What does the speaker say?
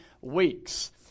weeks